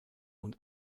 und